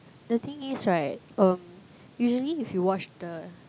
the thing is right um usually if you watch the